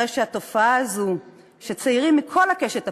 התופעה הזו שצעירים מכל הקשת הפוליטית,